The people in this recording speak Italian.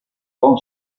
tom